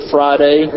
Friday